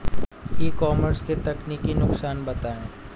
E commerce के तकनीकी नुकसान बताएं?